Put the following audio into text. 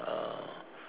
uh